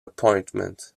appointment